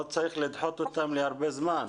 לא צריך לדחות אותם להרבה זמן.